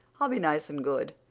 i'll be nice and good.